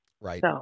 Right